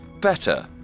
better